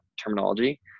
terminology